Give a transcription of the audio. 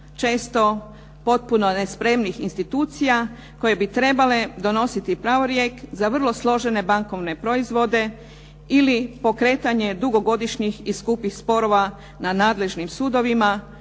često potpuno nespremnih institucija koje bi trebale donositi pravorijek za vrlo složene bankovne proizvode ili pokretanje dugogodišnjih i skupih sporova na nadležnim sudovima,